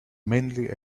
mainly